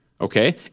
Okay